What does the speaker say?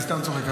אני סתם צוחק,